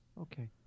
Okay